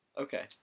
Okay